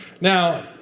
Now